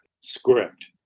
script